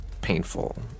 painful